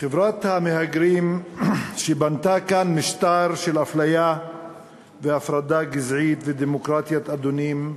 חברת המהגרים שבנתה כאן משטר של אפליה והפרדה גזעית ודמוקרטיית אדונים,